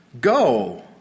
go